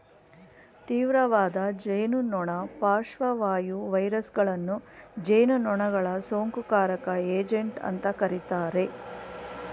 ತೀವ್ರವಾದ ಜೇನುನೊಣ ಪಾರ್ಶ್ವವಾಯು ವೈರಸಗಳನ್ನು ಜೇನುನೊಣಗಳ ಸೋಂಕುಕಾರಕ ಏಜೆಂಟ್ ಅಂತ ಕರೀತಾರೆ